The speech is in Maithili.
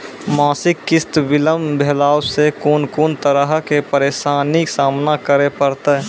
मासिक किस्त बिलम्ब भेलासॅ कून कून तरहक परेशानीक सामना करे परतै?